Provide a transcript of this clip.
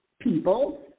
people